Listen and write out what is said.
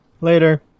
Later